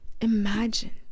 imagine